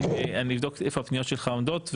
אני אבדוק איפה הפניות שלך עומדות.